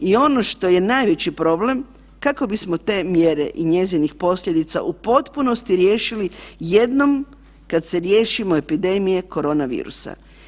I ono što je najveći problem, kako bismo te mjere i njezinih posljedica u potpunosti riješili jednom kad se riješimo epidemije koronavirusa.